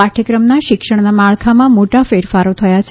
પાઠ્યક્રમના શિક્ષણના માળખામાં મોટા ફેરફારો થયા છે